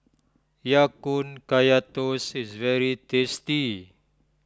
Ya Kun Kaya Toast is very tasty